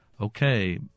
okay